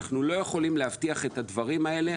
אנחנו לא יכולים להבטיח את הדברים האלה.